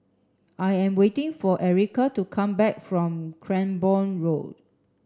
I am waiting for Erika to come back from Cranborne Road